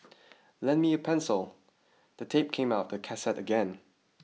lend me a pencil the tape came out of the cassette again